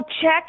check